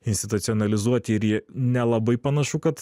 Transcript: institucionalizuoti ir jie nelabai panašu kad